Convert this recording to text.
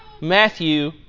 Matthew